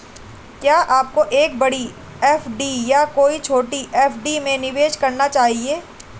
क्या आपको एक बड़ी एफ.डी या कई छोटी एफ.डी में निवेश करना चाहिए?